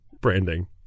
branding